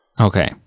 Okay